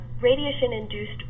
radiation-induced